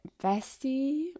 bestie